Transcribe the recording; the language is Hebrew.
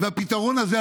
והפתרון הזה,